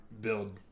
build